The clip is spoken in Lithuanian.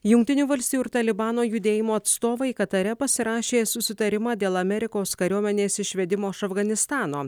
jungtinių valstijų ir talibano judėjimo atstovai katare pasirašė susitarimą dėl amerikos kariuomenės išvedimo iš afganistano